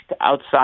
outside